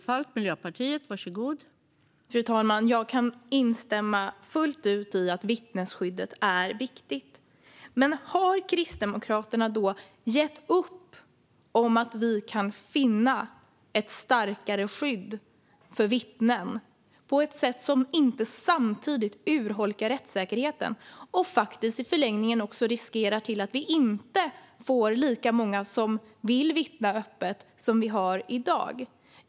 Fru talman! Jag kan instämma fullt ut i att vittnesskyddet är viktigt. Men har Kristdemokraterna då gett upp om att kunna finna ett starkare skydd för vittnen på ett sätt som inte samtidigt urholkar rättssäkerheten och i förlängningen riskerar att leda till att vi inte får lika många som vill vittna öppet som vi har i dag?